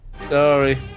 Sorry